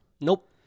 nope